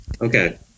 Okay